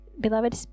beloved